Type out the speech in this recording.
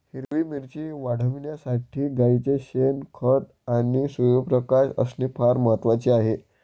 हिरवी मिरची वाढविण्यासाठी गाईचे शेण, खत आणि सूर्यप्रकाश असणे फार महत्वाचे आहे